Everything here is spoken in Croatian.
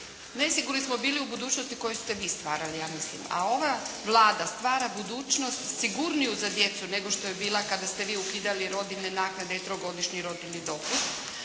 Nesigurni smo bili u budućnosti koju ste vi stvarali ja mislim, a ova Vlada stvara budućnost sigurniju za djecu nego što je bila kada ste vi ukidali rodiljne naknade i trogodišnji rodiljni dopust.